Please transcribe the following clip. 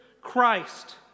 Christ